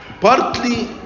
Partly